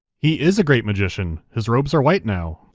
he is a great magician his robes are white now!